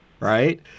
Right